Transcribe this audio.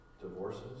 divorces